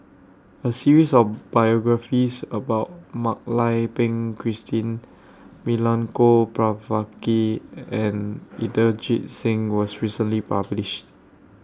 A series of biographies about Mak Lai Peng Christine Milenko Prvacki and Inderjit Singh was recently published